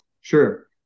sure